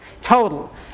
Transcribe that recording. total